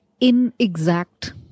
inexact